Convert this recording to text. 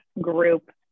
group